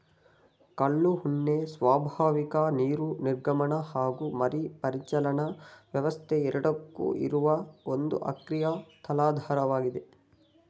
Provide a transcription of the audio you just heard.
ಕಲ್ಲು ಉಣ್ಣೆ ಸ್ವಾಭಾವಿಕ ನೀರು ನಿರ್ಗಮನ ಹಾಗು ಮರುಪರಿಚಲನಾ ವ್ಯವಸ್ಥೆ ಎರಡಕ್ಕೂ ಇರುವ ಒಂದು ಅಕ್ರಿಯ ತಲಾಧಾರವಾಗಿದೆ